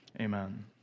Amen